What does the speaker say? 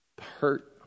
Hurt